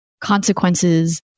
consequences